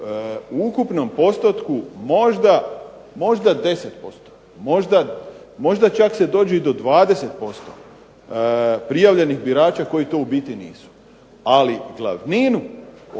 u ukupnom postotku možda 10%, možda čak se dođe i do 20% prijavljenih birača koji to u biti nisu. Ali glavninu